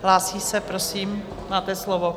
Hlásí se, prosím, máte slovo.